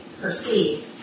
perceive